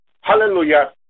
Hallelujah